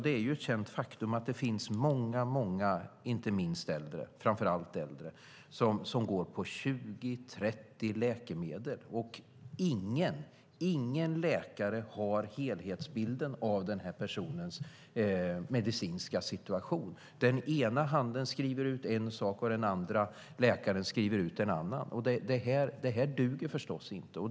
Det är ett känt faktum att många, framför allt äldre, går på 20-30 läkemedel, och ingen läkare har helhetsbilden av dessa personers medicinska situation. Den ena läkaren skriver ut en sak och den andra läkaren en annan. Det duger inte.